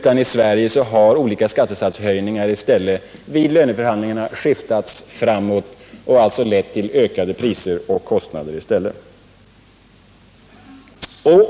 I Sverige har olika skattesatshöjningar i stället i löneförhandlingarna skiftats framåt och alltså lett till ökade priser och kostnader.